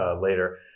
later